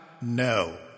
No